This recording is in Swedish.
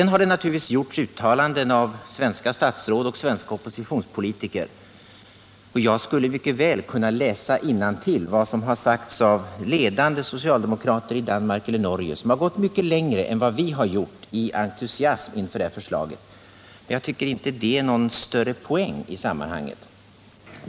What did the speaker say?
Naturligtvis har det gjorts uttalanden av svenska statsråd och svenska oppositionspolitiker i den här frågan, och jag skulle också kunna läsa innantill vad som har sagts av ledande socialdemokrater i Danmark och Norge. De har gått mycket längre än vi gjort i entusiasm inför förslaget om en nordisk TV-satellit. Men jag tycker inte att det är någon större poäng i sammanhanget.